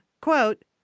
quote